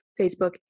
facebook